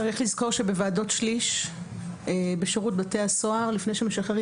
צריך לזכור שבוועדות שליש בשירות בתי הסוהר לפני שמשחררים